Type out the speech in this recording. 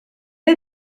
est